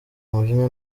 umujinya